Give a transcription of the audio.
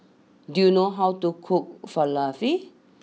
do you know how to cook Falafel